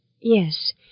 Yes